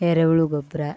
ಎರೆ ಹುಳು ಗೊಬ್ಬರ